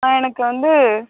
ஆ எனக்கு வந்து